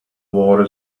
war